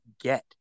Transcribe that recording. get